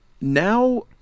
now